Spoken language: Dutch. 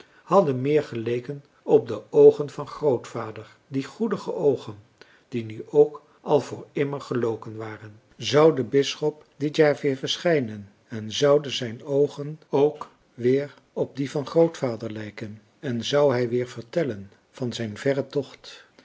hadden meer geleken op de oogen van grootvader die goedige oogen die nu ook al voor immer geloken waren zou de bisschop dit jaar weer verschijnen en zouden zijn oogen ook weer op die van grootvader lijken en zou hij weer vertellen van zijn verren tocht